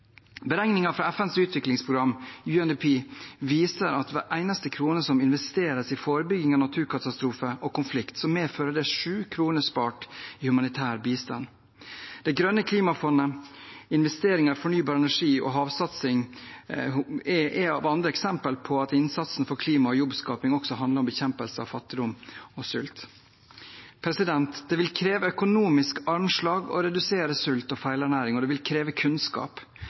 fra FNs utviklingsprogram, UNDP, viser at hver eneste krone som investeres i forebygging av naturkatastrofer og konflikt, medfører 7 kroner spart i humanitær bistand. Det grønne klimafondet, investeringer i fornybar energi og havsatsing er andre eksempler på at innsatsen for klima og jobbskaping også handler om bekjempelse av fattigdom og sult. Det vil kreve økonomisk armslag å redusere sult og feilernæring, og det vil kreve kunnskap.